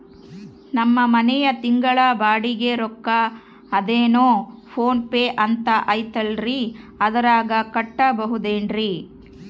ನಮ್ಮ ಮನೆಯ ತಿಂಗಳ ಬಾಡಿಗೆ ರೊಕ್ಕ ಅದೇನೋ ಪೋನ್ ಪೇ ಅಂತಾ ಐತಲ್ರೇ ಅದರಾಗ ಕಟ್ಟಬಹುದೇನ್ರಿ?